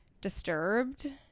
disturbed